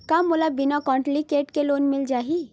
का मोला बिना कौंटलीकेट के लोन मिल जाही?